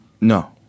No